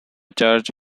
church